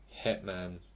Hitman